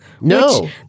No